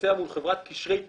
תתבצע מול חברת קשרי תעופה,